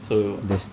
so